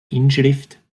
inschrift